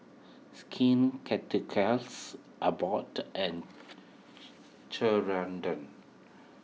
Skin Ceuticals Abbott and Ceradan